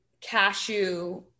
cashew